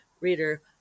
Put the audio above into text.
reader